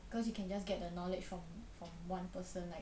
cause you can just get the knowledge from from one person like